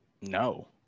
no